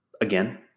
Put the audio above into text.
again